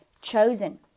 chosen